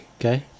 okay